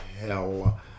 hell